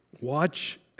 Watch